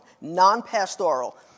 non-pastoral